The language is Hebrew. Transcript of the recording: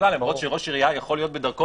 יכול להיות שראש עירייה יכול להיות בדרכו